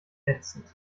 ätzend